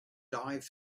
dive